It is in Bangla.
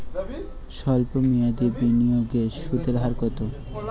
সল্প মেয়াদি বিনিয়োগে সুদের হার কত?